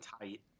tight